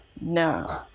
No